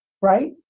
right